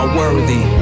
worthy